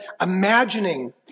imagining